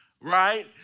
right